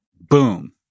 boom